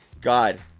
god